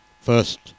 first